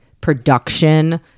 production